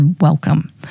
welcome